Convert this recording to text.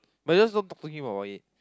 but I'll just not talk to him about it